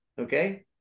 okay